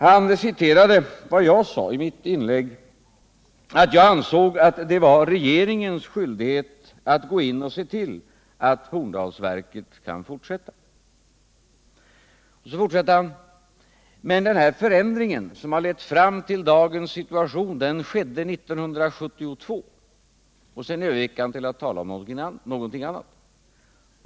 Han citerade vad jag sade i mitt inlägg, nämligen att jag ansåg att det var regeringens skyldighet att gå in och se till att Horndalsverket kan fortsätta. Han sade sedan att förändringen som har lett fram till dagens situation skedde 1972. Därefter övergick han till att tala om någonting annat.